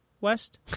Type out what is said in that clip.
West